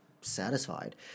satisfied